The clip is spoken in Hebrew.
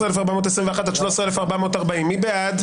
13,421 עד 13,440, מי בעד?